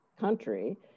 country